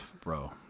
bro